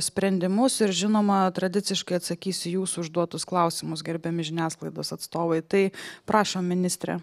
sprendimus ir žinoma tradiciškai atsakys į jūsų užduotus klausimus gerbiami žiniasklaidos atstovai tai prašom ministre